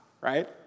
right